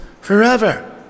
forever